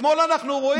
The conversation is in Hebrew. אתמול אנחנו רואים